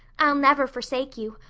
i'll never forsake you.